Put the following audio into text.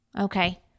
Okay